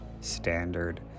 standard